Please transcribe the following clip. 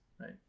Right